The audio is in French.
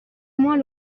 moins